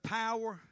power